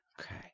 Okay